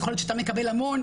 יכול להיות שאתה מקבל המון,